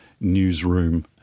Newsroom